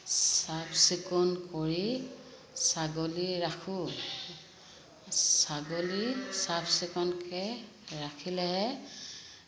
চাফ চিকুণ কৰি ছাগলী ৰাখো ছাগলী চাফ চিকুণকে ৰাখিলেহে